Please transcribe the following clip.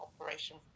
operation